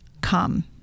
come